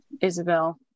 Isabel